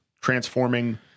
transforming